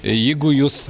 jeigu jūs